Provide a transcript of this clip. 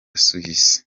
suisse